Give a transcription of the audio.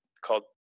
called